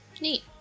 Neat